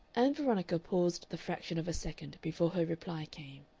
ann veronica paused the fraction of a second before her reply came.